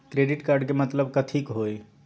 Credit card के मतलब कथी होई?